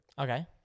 Okay